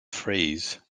frieze